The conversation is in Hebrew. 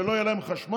שלא יהיה להם חשמל?